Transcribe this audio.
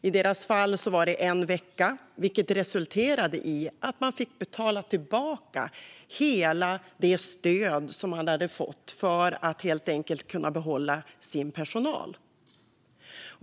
I deras fall handlade det om en vecka, vilket resulterade i att de fick betala tillbaka hela det stöd de hade fått för att helt enkelt kunna behålla sin personal.